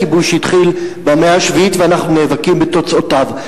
כיבוש שהתחיל במאה השביעית ואנחנו נאבקים בתוצאותיו.